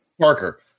Parker